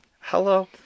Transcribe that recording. Hello